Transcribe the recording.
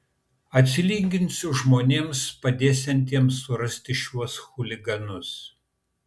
atsilyginsiu žmonėms padėsiantiems surasti šiuos chuliganus